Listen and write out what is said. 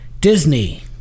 Disney